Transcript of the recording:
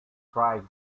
strike